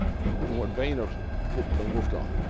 even what boehner moved on,